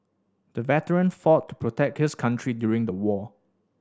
the veteran fought to protect his country during the war